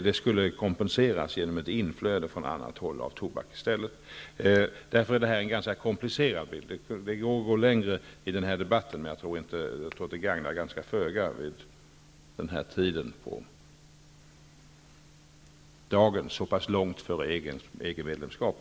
Det skulle kompenseras genom ett inflöde av tobak från annat håll i stället. Därför är det här en ganska komplicerad bild. Det går att komma längre i debatten, men jag tror att det gagnar föga, den här tiden på dagen, så pass långt före EG-medlemskapet.